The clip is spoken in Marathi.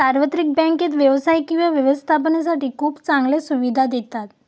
सार्वत्रिक बँकेत व्यवसाय किंवा व्यवस्थापनासाठी खूप चांगल्या सुविधा देतात